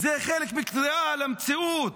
זה חלק מכלל המציאות.